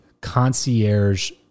concierge